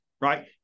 right